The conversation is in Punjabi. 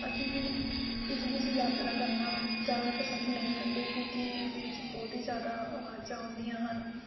ਅਸੀਂ ਇਸ ਵਿੱਚ ਯਾਤਰਾ ਕਰਨਾ ਜ਼ਿਆਦਾ ਪਸੰਦ ਨਹੀਂ ਕਰਦੇ ਕਿਉਂਕਿ ਇਸ ਵਿੱਚ ਬਹੁਤ ਹੀ ਜ਼ਿਆਦਾ ਆਵਾਜ਼ਾਂ ਆਉਂਦੀਆਂ ਹਨ